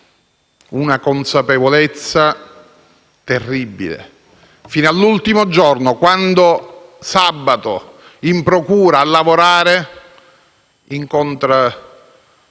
Una consapevolezza terribile, fino all'ultimo giorno: di sabato, in procura a lavorare, incontrò